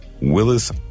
willis